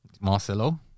Marcelo